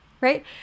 right